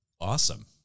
Awesome